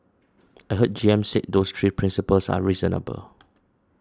I heard G M said those three principles are reasonable